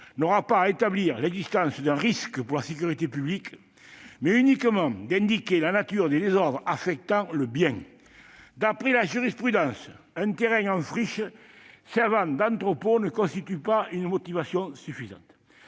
n'aura pas à établir l'existence d'un risque pour la sécurité publique. Elle sera uniquement tenue d'indiquer la nature des désordres affectant le bien. D'après la jurisprudence, le fait qu'un terrain en friche serve d'entrepôt ne constitue pas une motivation suffisante.